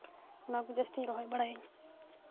ᱚᱱᱟ ᱠᱚ ᱡᱟᱹᱥᱛᱤᱧ ᱨᱚᱦᱚᱭ ᱵᱟᱲᱟᱭᱟᱹᱧ